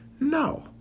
No